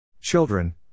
Children